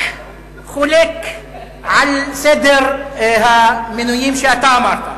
אני רק חולק על סדר המנויים שאתה אמרת.